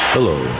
Hello